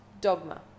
dogma